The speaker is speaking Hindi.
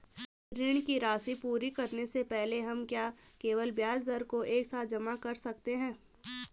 ऋण की राशि पूरी करने से पहले हम क्या केवल ब्याज दर को एक साथ जमा कर सकते हैं?